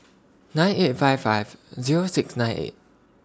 nine eight five five Zero six nine eight